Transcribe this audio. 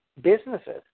businesses